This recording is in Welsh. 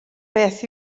beth